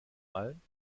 allen